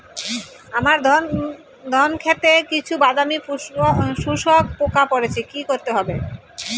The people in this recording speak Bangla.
আমার ধন খেতে কিছু বাদামী শোষক পোকা পড়েছে কি করতে হবে?